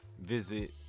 visit